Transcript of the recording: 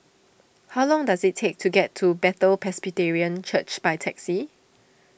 how long does it take to get to Bethel Presbyterian Church by taxi